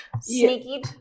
Sneaky